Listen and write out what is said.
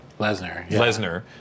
Lesnar